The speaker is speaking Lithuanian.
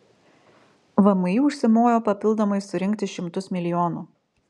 vmi užsimojo papildomai surinkti šimtus milijonų